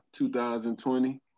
2020